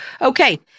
Okay